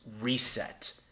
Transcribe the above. reset